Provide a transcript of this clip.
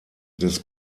des